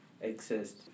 exist